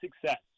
success